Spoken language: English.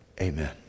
amen